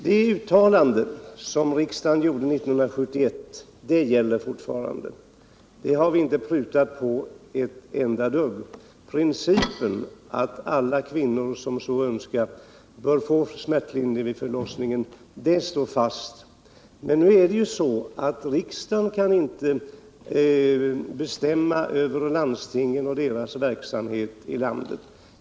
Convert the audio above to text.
Det uttalande som riksdagen gjorde 1971 gäller fortfarande. Vi har inte prutat på det ett enda dugg. Principen står fast att alla kvinnor som så önskar bör få smärtlindring vid förlossningen. Nu är det emellertid så att riksdagen inte kan bestämma över landstingen och deras verksamhet i landet.